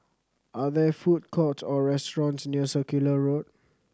are there food courts or restaurants near Circular Road